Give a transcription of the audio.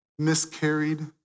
miscarried